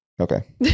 Okay